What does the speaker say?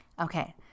Okay